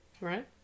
right